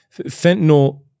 fentanyl